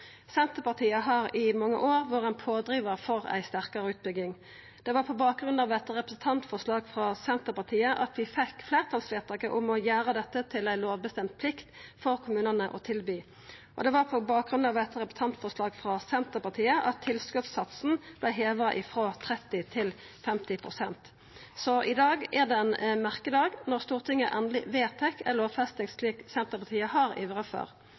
Senterpartiet har i mange år vore ein pådrivar for ei sterkare utbygging. Det var på bakgrunn av eit representantforslag frå Senterpartiet vi fekk fleirtalsvedtaket om å gjera det til ei lovbestemd plikt for kommunane å tilby dette, og det var på bakgrunn av eit representantforslag frå Senterpartiet at tilskotssatsen vart heva frå 30 pst. til 50 pst. Så i dag er det ein merkedag – når Stortinget endeleg vedtar ei lovfesting, slik Senterpartiet har ivra for.